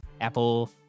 apple